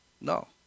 No